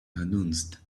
announced